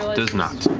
does not.